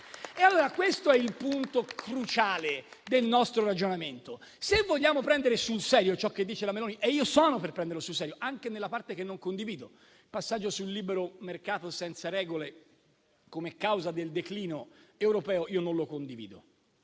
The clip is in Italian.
Questo è il punto cruciale del nostro ragionamento, se vogliamo prendere sul serio ciò che dice Meloni, e io sono per prenderlo sul serio, anche nella parte che non condivido. Il passaggio sul libero mercato senza regole come causa del declino europeo non lo condivido.